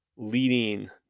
Leading